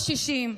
קשישים?